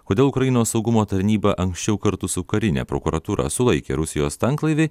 kodėl ukrainos saugumo tarnyba anksčiau kartu su karine prokuratūra sulaikė rusijos tanklaivį